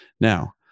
now